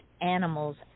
animals